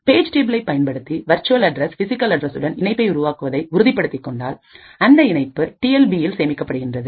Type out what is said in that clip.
page டேபிளை பயன்படுத்தி virtual address physical அட்ரஸ்சுடன் இணைப்பை உருவாக்குவதை உறுதிப்படுத்திக் கொண்டால் அந்த இணைப்பு டி எல் பி இல் சேமிக்கப்படுகிறது